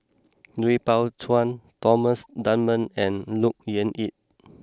Lui Pao Chuen Thomas Dunman and Look Yan Kit